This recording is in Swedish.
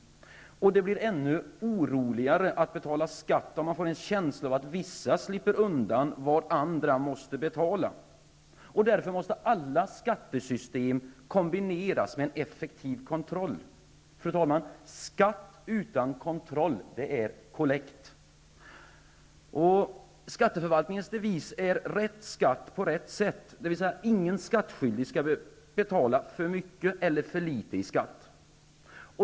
Det blir ännu mindre roligt att betala skatt om man får en känsla av att vissa slipper undan från det som andra måste betala. Därför måste alla skattesystem kombineras med en effektiv kontroll. Fru talman! Skatt utan kontroll är kollekt. Skatteförvaltningens devis är ''rätt skatt på rätt sätt'', dvs. att ingen skattskyldig skall betala för mycket eller för litet i skatt.